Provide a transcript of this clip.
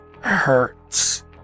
hurts